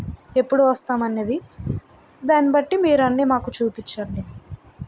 ఎప్పుడు వస్తాం అనేది దాన్ని బట్టి మీరు అన్ని మాకు చూపించండి